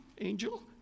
angel